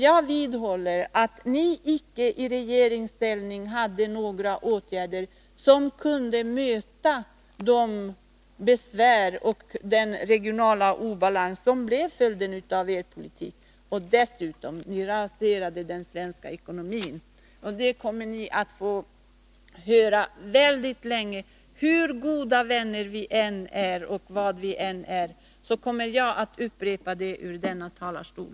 Jag vidhåller att ni i regeringsställning icke vidtog några åtgärder som kunde motverka de besvär och den regionala obalans som blev följden av er politik. Dessutom raserade ni den svenska ekonomin. Det kommer ni att få höra väldigt länge. Hur goda vänner vi än är, så kommer jag att upprepa detta från denna talarstol.